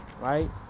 right